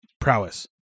prowess